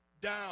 down